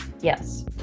Yes